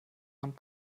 man